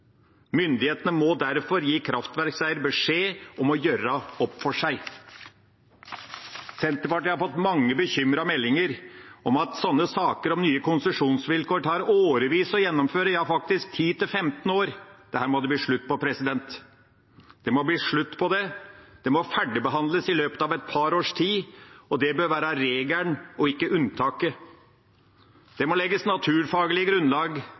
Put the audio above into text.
Myndighetene må derfor gi kraftverkseier beskjed om å gjøre opp for seg. Senterpartiet har fått mange bekymrede meldinger om at sånne saker om nye konsesjonsvilkår tar årevis å gjennomføre – ja, faktisk 10–15 år. Dette må det bli slutt på. Det må bli slutt på det, det må ferdigbehandles i løpet av et par års tid. Det bør være regelen og ikke unntaket.